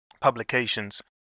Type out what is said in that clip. publications